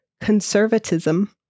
conservatism